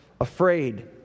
afraid